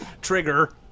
Trigger